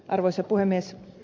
arvoisa puhemies